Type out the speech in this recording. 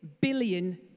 billion